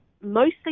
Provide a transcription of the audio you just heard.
mostly